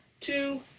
two